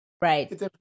Right